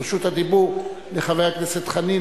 רשות הדיבור לחבר הכנסת חנין.